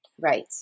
Right